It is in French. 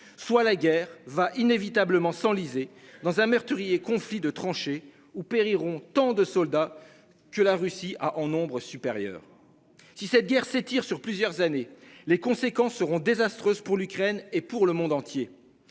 soit la guerre va inévitablement s'enliser dans un meurtrier conflit de trancher où périront tant de soldats. Que la Russie a en nombre supérieur. Si cette guerre s'étire sur plusieurs années, les conséquences seront désastreuses pour l'Ukraine et pour le monde entier.